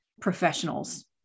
professionals